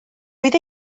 oedd